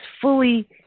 fully